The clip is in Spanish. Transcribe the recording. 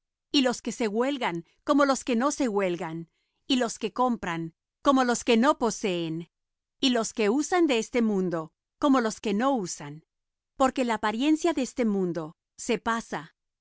y los que se huelgan como los que no se huelgan y los que compran como los que no poseen y los que usan de este mundo como los que no usan porque la apariencia de este mundo se pasa